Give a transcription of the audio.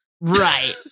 Right